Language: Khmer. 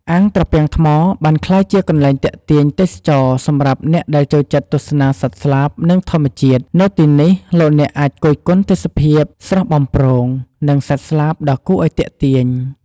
អាងត្រពាំងថ្មបានក្លាយជាកន្លែងទាក់ទាញទេសចរណ៍សម្រាប់អ្នកដែលចូលចិត្តទស្សនាសត្វស្លាបនិងធម្មជាតិ នៅទីនេះ លោកអ្នកអាចគយគន់ទេសភាពស្រស់បំព្រង និងសត្វស្លាបដ៏គួរឱ្យទាក់ទាញ។